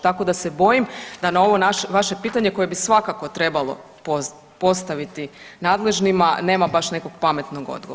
Tako da se bojim da na ovo vaše pitanje koje bi svakako trebalo postaviti nadležnima, nema baš nekog pametnog odgovora.